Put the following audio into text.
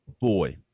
boy